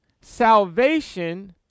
salvation